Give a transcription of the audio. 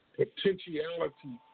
potentiality